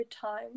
time